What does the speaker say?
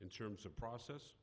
in terms of process